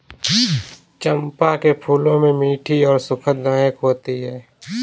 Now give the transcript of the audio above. चंपा के फूलों में मीठी और सुखद महक होती है